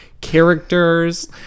characters